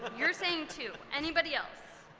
but you're saying two. anybody else?